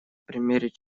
примере